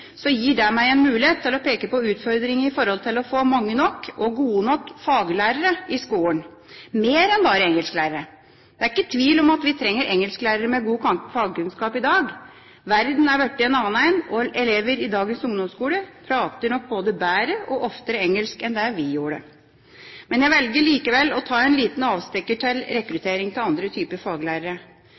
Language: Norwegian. gir det meg en mulighet til å peke på utfordringen knyttet til å få mange nok og gode nok faglærere i skolen – mer enn bare engelsklærere. Det er ikke tvil om at vi trenger engelsklærere med god fagkunnskap i dag. Verden er blitt en annen, og elever i dagens ungdomsskole prater nok både bedre og oftere engelsk enn det vi gjorde. Men jeg velger likevel å ta en liten avstikker til rekruttering av andre typer faglærere.